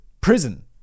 Prison